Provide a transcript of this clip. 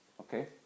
Okay